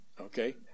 Okay